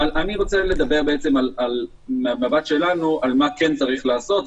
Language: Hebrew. אני רוצה לומר מנקודת המבט שלנו מה כן צריך לעשות.